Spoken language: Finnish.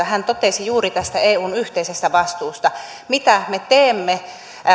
hän totesi juuri tästä eun yhteisestä vastuusta mitä me teemme